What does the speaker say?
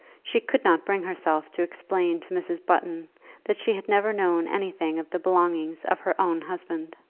she could not bring herself to explain to mrs. button that she had never known anything of the belongings of her own husband.